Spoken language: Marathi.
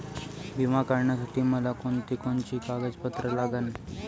बिमा काढासाठी मले कोनची कोनची कागदपत्र लागन?